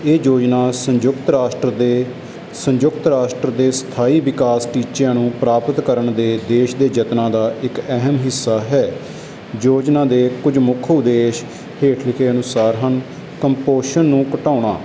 ਇਹ ਯੋਜਨਾ ਸੰਯੁਕਤ ਰਾਸ਼ਟਰ ਦੇ ਸੰਯੁਕਤ ਰਾਸ਼ਟਰ ਦੇ ਸਥਾਈ ਵਿਕਾਸ ਟੀਚਿਆਂ ਨੂੰ ਪ੍ਰਾਪਤ ਕਰਨ ਦੇ ਉਦੇਸ਼ ਦੇ ਯਤਨਾਂ ਦਾ ਇੱਕ ਅਹਿਮ ਹਿੱਸਾ ਹੈ ਯੋਜਨਾ ਦੇ ਕੁਝ ਮੁੱਖ ਉਦੇਸ਼ ਹੇਠ ਲਿਖੇ ਅਨੁਸਾਰ ਹਨ ਕੁਪੋਸ਼ਣ ਨੂੰ ਘਟਾਉਣਾ